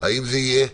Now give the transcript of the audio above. האם זה יהיה,